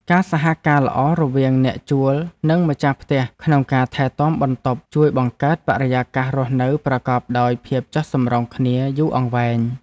ការសហការល្អរវាងអ្នកជួលនិងម្ចាស់ផ្ទះក្នុងការថែទាំបន្ទប់ជួយបង្កើតបរិយាកាសរស់នៅប្រកបដោយភាពចុះសម្រុងគ្នាយូរអង្វែង។